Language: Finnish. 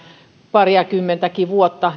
parikymmentäkin vuotta